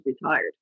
retired